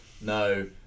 no